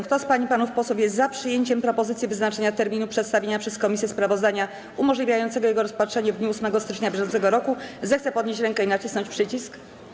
Kto z pań i panów posłów jest za przyjęciem propozycji dotyczącej wyznaczenia terminu przedstawienia przez komisję sprawozdania umożliwiającego jego rozpatrzenie w dniu 8 stycznia br., zechce podnieść rękę i nacisnąć przycisk.